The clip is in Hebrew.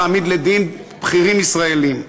להעמיד לדין בכירים ישראלים.